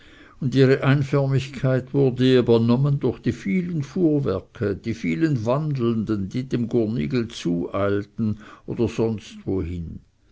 und ihre einförmigkeit wurde ihr benommen durch die vielen fuhrwerke die vielen wandelnden die dem gurnigel zueilten oder sonst wohin